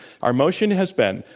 our motion has been,